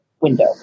window